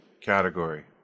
category